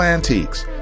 Antiques